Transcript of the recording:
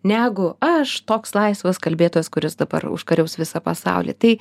negu aš toks laisvas kalbėtojas kuris dabar užkariaus visą pasaulį tai